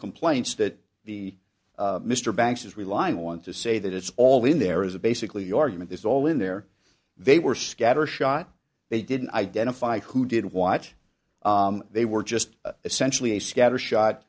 complaints that the mr banks is relying on to say that it's all in there is a basically the argument is all in there they were scattershot they didn't identify who did watch they were just essentially a scatter shot